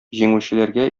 җиңүчеләргә